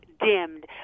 dimmed